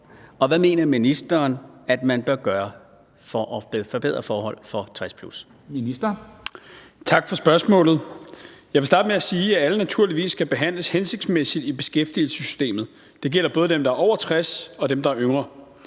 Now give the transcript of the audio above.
Beskæftigelsesministeren (Peter Hummelgaard): Tak for spørgsmålet. Jeg vil starte med at sige, at alle naturligvis skal behandles hensigtsmæssigt i beskæftigelsessystemet. Det gælder både dem, der er over 60 år, og dem, der er yngre.